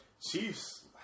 Chiefs